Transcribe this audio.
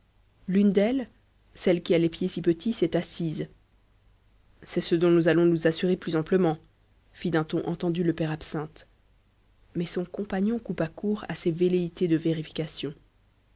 l'une d'elles celle qui a les pieds si petits s'est assise c'est ce dont nous allons nous assurer plus amplement fit d'un ton entendu le père absinthe mais son compagnon coupa court à ces velléités de vérification